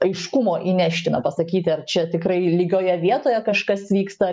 aiškumo įnešti na pasakyti ar čia tikrai lygioje vietoje kažkas vyksta